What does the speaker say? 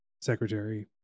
secretary